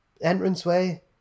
entranceway